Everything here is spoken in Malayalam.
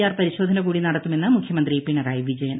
ആർ പരിശോധന കൂടി നടത്തുമെന്ന് മുഖ്യമന്ത്രി പിണറായി വിജയൻ